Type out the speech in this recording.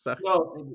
No